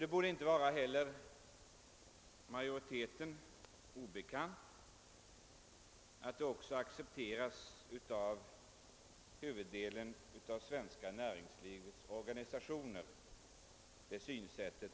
Det borde inte vara majoriteten obekant att det synsätt som jag här gör mig till tolk för också accepteras av huvuddelen av det svenska näringslivets organisationer. Herr talman!